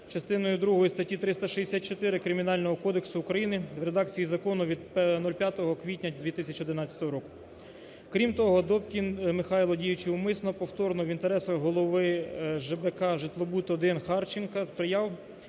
частиною другої статті 364 Кримінального кодексу України в редакції закону від 05 квітня 2011 року. Крім того, Добкін Михайло, діючи умисно, повторно, в інтересах голови ЖБК "Житлобуд-1" Харченко, сприяв